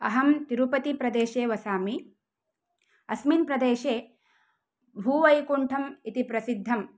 अहं तिरुपतिप्रदेशे वसामि अस्मिन् प्रदेशे भूवैकुण्ठं इति प्रसिद्धं